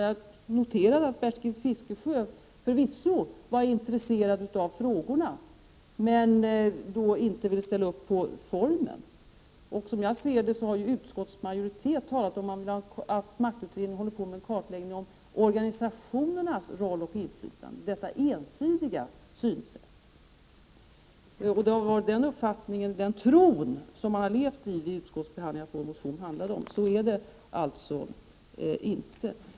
Jag noterade att Bertil Fiskesjö förvisso var intresserad av frågorna men att han inte ville ställa sig bakom formen. Som jag ser det har utskottsmajoriteten talat om att maktutredningen håller på att göra en kartläggning av organisationernas roll och inflytande — detta ensidiga synsätt. Man har vid utskottsbehandlingen levt i den tron att vår motion handlade om det, men så är det alltså inte.